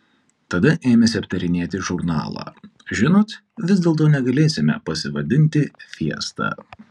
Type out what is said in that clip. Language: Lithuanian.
tada ėmėsi aptarinėti žurnalą žinot vis dėlto negalėsime pasivadinti fiesta